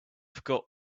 forgot